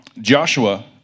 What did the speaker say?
Joshua